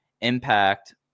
impact